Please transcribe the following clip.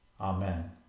Amen